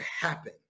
happen